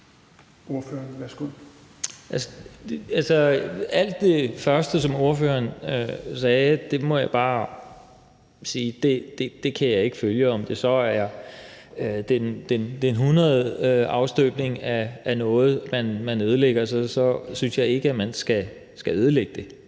Alt det første, som ordføreren sagde, må jeg bare sige at jeg ikke kan følge. Om det så er den 100. afstøbning af noget, man ødelægger, så synes jeg ikke, man skal ødelægge det.